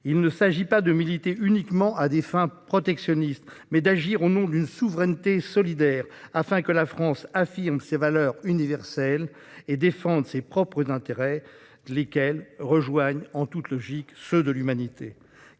Il s'agit non pas de militer uniquement à des fins protectionnistes, mais d'agir au nom d'une souveraineté solidaire, afin que la France affirme ses valeurs universelles tout en défendant ses propres intérêts, lesquels rejoignent en toute logique ceux de l'humanité.